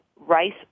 rice